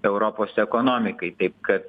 europos ekonomikai taip kad